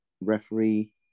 referee